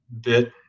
bit